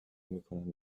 میکنن